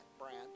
brand